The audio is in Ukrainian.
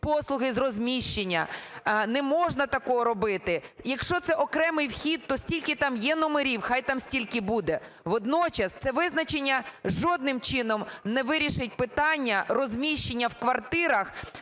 послуги з розміщення. Не можна такого робити. Якщо це окремий вхід, то скільки там є номерів, хай там стільки буде. Водночас це визначення жодним чином не вирішить питання розміщення в квартирах